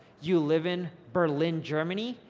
you live in berlin, germany,